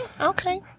Okay